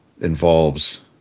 involves